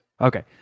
Okay